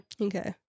Okay